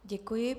Děkuji.